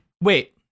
wait